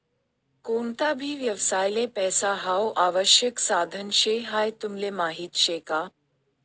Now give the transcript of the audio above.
कोणता भी व्यवसायले पैसा हाऊ आवश्यक साधन शे हाई तुमले माहीत शे का?